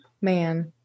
man